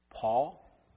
Paul